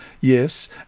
yes